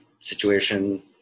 situation